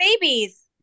babies